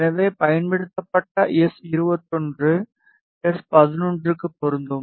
எனவே பயன்படுத்தப்பட்ட S 21 S 11க்கு பொருந்தும்